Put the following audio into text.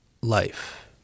life